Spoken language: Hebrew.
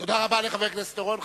תודה רבה לחבר הכנסת אורון.